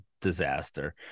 disaster